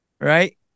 Right